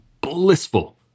blissful